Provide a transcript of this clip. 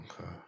okay